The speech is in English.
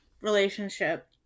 relationship